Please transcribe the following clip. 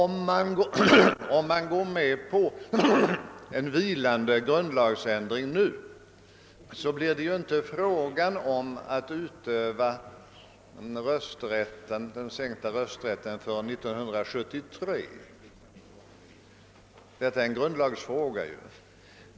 Men om man nu går med på en vilande grundlagsändring, kommer den sänkta rösträttsåldern inte att tillämpas förrän 1973 — rösträttsåldern är ju en grundlagsfråga.